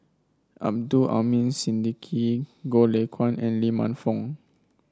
Abdul Aleem Siddique Goh Lay Kuan and Lee Man Fong